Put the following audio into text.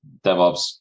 DevOps